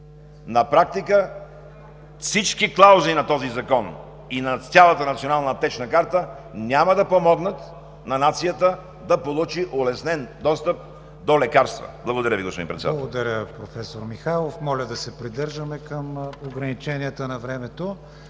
на практика всички клаузи на този закон и на цялата Национална аптечна карта няма да помогнат на нацията да получи улеснен достъп до лекарства. Благодаря Ви, господин Председател. ПРЕДСЕДАТЕЛ КРИСТИАН ВИГЕНИН: Благодаря, професор Михайлов. Моля да се придържаме към ограниченията на времето.